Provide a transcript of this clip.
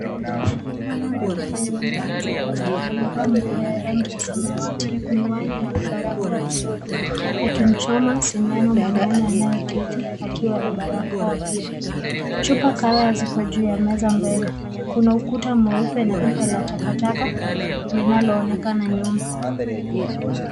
Mwanamke mwenye nywele za rasta amevaa nguo ya rangi ya samawati, miwani na barako usoni akimchoma sindano mwanaume anayeketi akiwa na barakoa pia. Chupa kadhaa ziko juu ya meza mbele. Kuna ukuta mweupe a pipa la takataka linaloonekana nyuma.